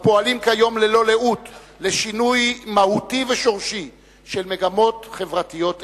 הפועלים כיום ללא לאות לשינוי מהותי ושורשי של מגמות חברתיות אלה.